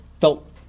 felt